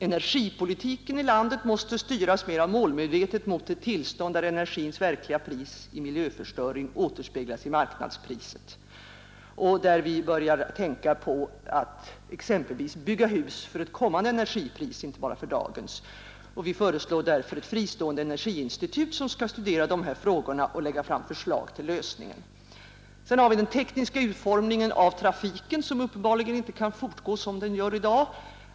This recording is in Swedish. Energipolitiken i landet måste vidare styras mera målmedvetet mot ett tillstånd, där energins verkliga pris i miljöförstöring återspeglas i marknadspriset och där vi börjar tänka på att exempelvis bygga hus för ett kommande energipris och inte bara för dagens. Vi föreslår därför ett fristående energiinstitut med uppgift att studera dessa frågor och lägga fram förslag till deras lösning. Ett annat delområde med stor betydelse är den tekniska utformningen av trafiken.